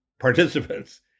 participants